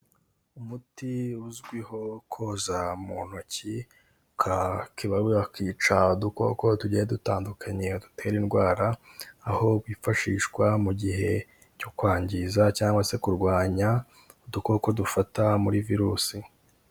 Umuti uzwiho koza mu ntoki ukaba wakica udukoko tugiye dutandukanye dutera indwara, aho wifashishwa mu gihe cyo kwangiza cyangwa se kurwanya udukoko dufata muri virusi.